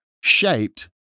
shaped